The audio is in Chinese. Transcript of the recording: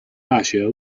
大学